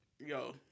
Yo